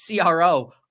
CRO